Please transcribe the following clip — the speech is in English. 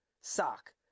sock